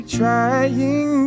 trying